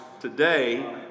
today